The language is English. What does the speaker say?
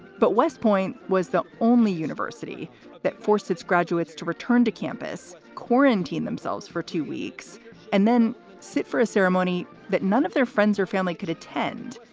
but west point was the only university that forced its graduates to return to campus, quarantine themselves for two weeks and then sit for a ceremony that none of their friends or family could attend.